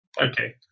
Okay